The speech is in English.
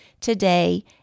today